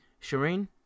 Shireen